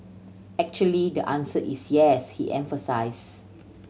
actually the answer is yes he emphasised